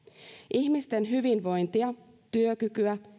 ihmisten hyvinvointia työkykyä